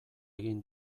egin